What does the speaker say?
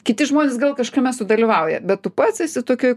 kiti žmonės gal kažkame sudalyvauja bet tu pats esi tokioj